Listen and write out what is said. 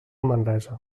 manresa